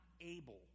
able